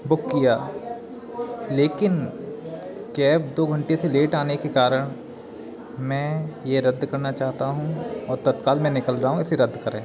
book किया लेकिन cab दो घंटे से लेट आने के कारण मैं ये रद्द करना चाहता हूँ और तत्काल मैं निकल रहा हूँ इसे रद्द करें